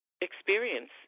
experience